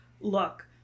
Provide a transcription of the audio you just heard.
look